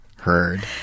heard